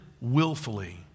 willfully